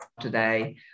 today